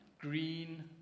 green